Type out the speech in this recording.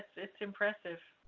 that's impressive